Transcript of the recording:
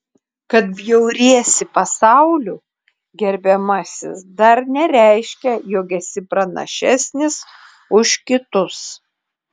kad bjauriesi pasauliu gerbiamasis dar nereiškia jog esi pranašesnis už kitus